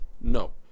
no